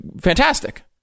fantastic